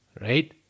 right